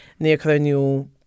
neocolonial